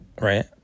right